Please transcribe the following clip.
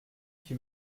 qui